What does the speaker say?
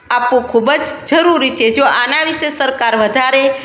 આપવું ખૂબ જ જરૂરી છે જો આના વિષે સરકાર વધારે